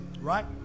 right